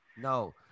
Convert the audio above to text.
No